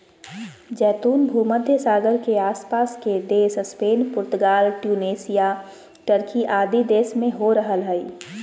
जैतून भूमध्य सागर के आस पास के देश स्पेन, पुर्तगाल, ट्यूनेशिया, टर्की आदि देश में हो रहल हई